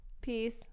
peace